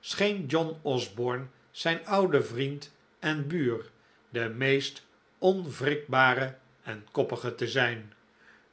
scheen john osborne zijn oude vriend en buur de meest onwrikbare en koppige te zijn